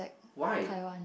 why